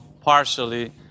partially